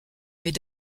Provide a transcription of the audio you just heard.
mais